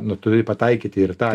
nu turi pataikyti ir tą